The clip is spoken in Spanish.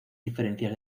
diferencias